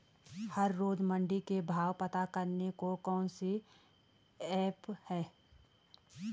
हर रोज़ मंडी के भाव पता करने को कौन सी ऐप है?